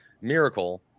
Miracle